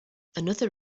another